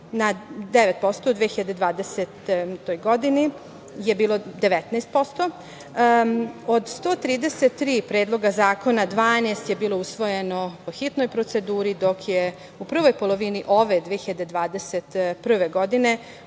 na 9%, u 2020. godini je 19%, od 133 predloga zakona 12 je bilo usvojeno po hitnoj proceduri, dok je u prvoj polovini ove 2021. godine